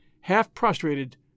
half-prostrated